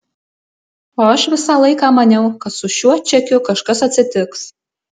o aš visą laiką maniau kad su šiuo čekiu kažkas atsitiks